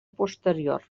posterior